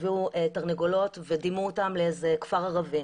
הביאו תרנגולות ודימו אותן לאיזה כפר ערבי.